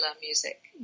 music